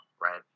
right